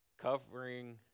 covering